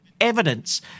evidence